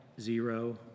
zero